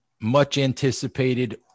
much-anticipated